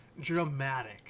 dramatic